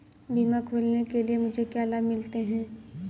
बीमा खोलने के लिए मुझे क्या लाभ मिलते हैं?